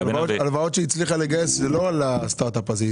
הלוואות שהיא הצליחה לגייס זה לא על הסטארט אפ הזה,